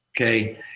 Okay